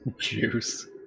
Juice